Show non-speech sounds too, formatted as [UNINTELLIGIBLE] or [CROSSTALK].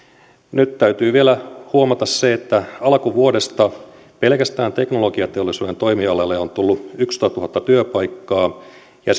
nyt täytyy vielä huomata se että alkuvuodesta pelkästään teknologiateollisuuden toimialalle on tullut yksitoistatuhatta työpaikkaa ja [UNINTELLIGIBLE]